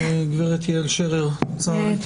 גב' יעל שרר, את רוצה להתייחס?